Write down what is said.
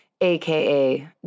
aka